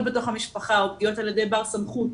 בתוך המשפחה או פגיעות על ידי בר סמכות,